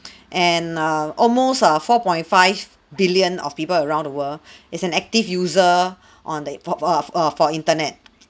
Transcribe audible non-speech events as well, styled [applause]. [breath] and err almost err four point five billion of people around the world [breath] is an active user [breath] on the for for [noise] internet